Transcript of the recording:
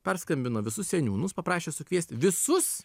perskambino visus seniūnus paprašė sukviesti visus